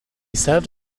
served